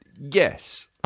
yes